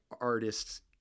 artists